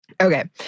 Okay